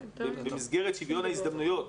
במסגרת שוויון ההזדמנויות,